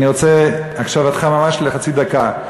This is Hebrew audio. אני רוצה את הקשבתך ממש לחצי דקה.